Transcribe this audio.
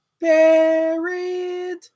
buried